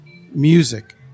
music